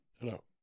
hello